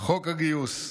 חוק הגיוס.